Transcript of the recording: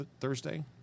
thursday